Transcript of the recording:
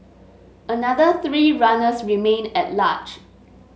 another three runners remain at large